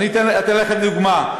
אתן לכם דוגמה.